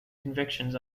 convictions